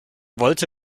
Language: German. wollte